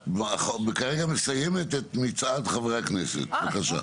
את כרגע מסיימת את מצעד חברי הכנסת, בבקשה.